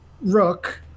rook